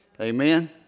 Amen